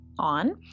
on